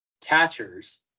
catchers